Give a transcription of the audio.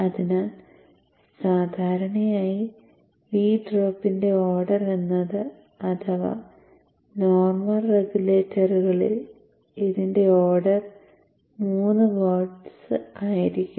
അതിനാൽ സാധാരണയായി V ഡ്രോപ്പിന്റെ ഓർഡർ എന്നത് അഥവാ നോർമൽ റെഗുലേറ്ററുകളിൽ ഇതിന്റെ ഓർഡർ 3 വോൾട്സ് ആയിരിക്കു